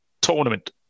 Tournament